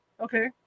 okay